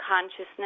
consciousness